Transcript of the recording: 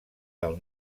del